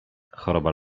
choroba